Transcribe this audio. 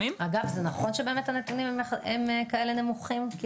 אגב נכון שהנתונים הם כאלה נמוכים?